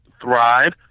thrive